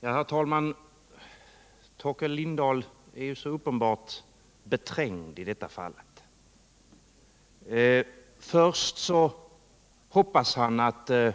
Herr talman! Torkel Lindahl är ju så uppenbart trängd i detta fall. Till att börja med utgår han i sitt första anförande